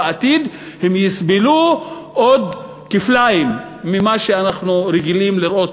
בעתיד הם יסבלו עוד כפליים ממה שאנחנו רגילים לראות.